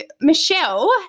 Michelle